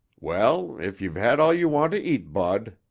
well, if you've had all you want to eat, bud,